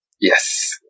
Yes